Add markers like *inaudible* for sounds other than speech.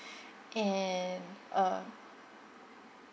*breath* and uh